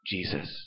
Jesus